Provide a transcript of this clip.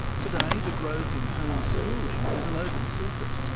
today the growth in homeschooling is an open secret.